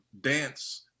dance